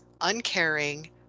uncaring